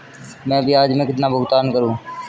मैं ब्याज में कितना भुगतान करूंगा?